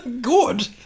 good